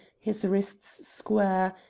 his wrists square,